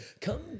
come